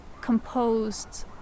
composed